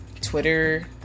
Twitter